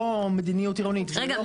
לא מדיניות עירונית --- רגע,